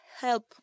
help